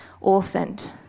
orphaned